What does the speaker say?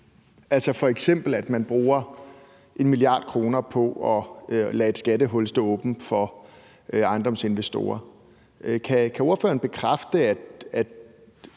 altså at man f.eks. bruger 1 mia. kr. på at lade et skattehul stå åbent for ejendomsinvestorer. Kan ordføreren bekræfte, at